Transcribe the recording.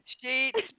Sheets